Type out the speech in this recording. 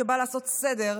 שבא לעשות סדר,